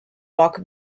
rock